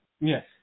yes